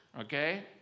okay